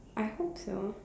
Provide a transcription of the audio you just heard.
I hope so